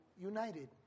united